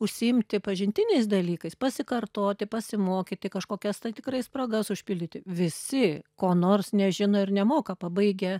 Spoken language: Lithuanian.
užsiimti pažintiniais dalykais pasikartoti pasimokyti kažkokias tikrai spragas užpildyti visi ko nors nežino ir nemoka pabaigę